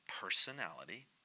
personality